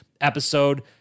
episode